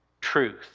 truth